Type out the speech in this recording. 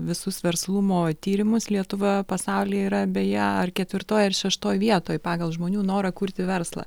visus verslumo tyrimus lietuva pasaulyje yra beje ar ketvirtoj ar šeštoj vietoj pagal žmonių norą kurti verslą